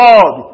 God